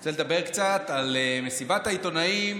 רוצה לדבר קצת על מסיבת העיתונאים